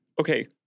Okay